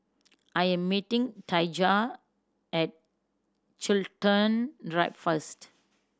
I am meeting Daijah at Chiltern Drive first